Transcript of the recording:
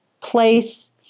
place